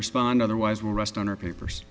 respond otherwise will rest on our papers